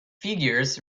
figures